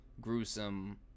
gruesome